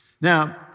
Now